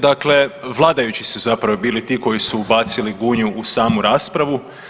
Dakle, vladajući su zapravo bili ti koji su ubacili Gunju u samu raspravu.